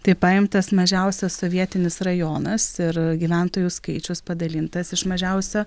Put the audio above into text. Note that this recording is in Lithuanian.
tai paimtas mažiausias sovietinis rajonas ir gyventojų skaičius padalintas iš mažiausio